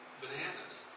bananas